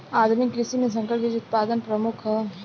आधुनिक कृषि में संकर बीज उत्पादन प्रमुख ह